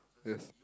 yes